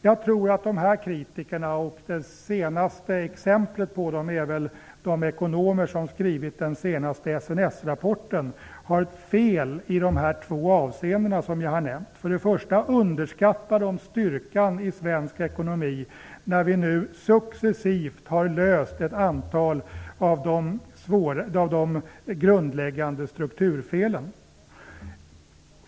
Jag tror att dessa kritiker har fel i de två avseenden som jag har nämnt. Det senaste exemplet på dessa kritiker är väl de ekonomer som skrivit den senaste SNS-rapporten. De underskattar för det första styrkan i svensk ekonomi när vi nu successivt har löst ett antal av de grundläggande strukturfelen.